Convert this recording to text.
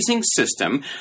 system